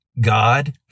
God